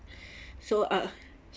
so uh